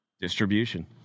Distribution